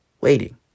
waiting